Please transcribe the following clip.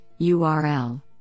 URL